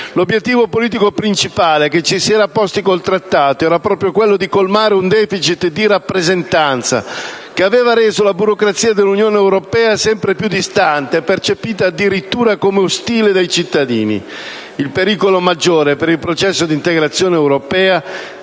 L'obiettivo politico principale che ci si era posti con il Trattato era proprio quello di colmare un *deficit* di rappresentanza che aveva reso la burocrazia dell'Unione europea sempre più distante e percepita addirittura come ostile dai cittadini. Il pericolo maggiore per il processo d'integrazione europea